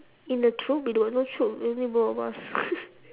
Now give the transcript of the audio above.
in the group we got no group only both of us